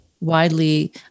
widely